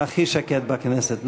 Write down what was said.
הכי שקט בכנסת.